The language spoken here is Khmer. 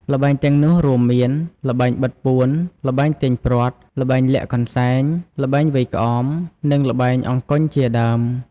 ល្បែងទាំងនោះរួមមាន ល្បែងបិទពួន ល្បែងទាញព្រ័ត្រ ល្បែងលាក់កន្សែង ល្បែងវាយក្អម និងល្បែងអង្គញ់ជាដើម។